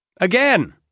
Again